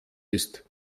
ist